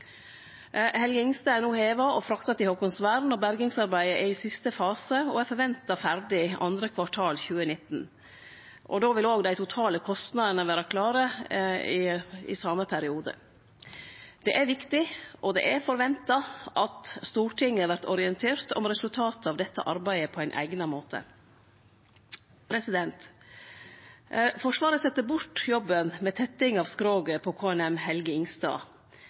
er no heva og frakta til Haakonsvern. Bergingsarbeidet er i siste fase og er forventa å vere ferdig i andre kvartal 2019. I same periode vil òg dei totale kostnadene vere klare. Det er viktig, og det er forventa at Stortinget vert orientert om resultatet av dette arbeidet på ein eigna måte. Forsvaret sette bort jobben med tetting av skroget på KNM «Helge Ingstad».